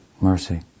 mercy